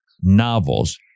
novels